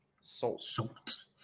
Salt